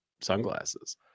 sunglasses